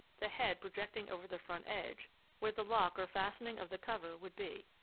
the head projecting over the front edge where the lock or fastening of the cover would be.